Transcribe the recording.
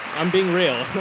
i'm being real.